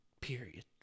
period